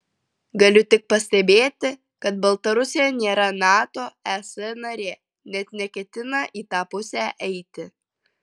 galiu tik pastebėti kad baltarusija nėra nato es narė net neketina į tą pusę eiti